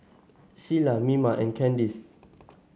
Shiela Mima and Kandice